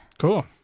Cool